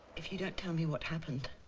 if you don't tell me what happened